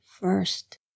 first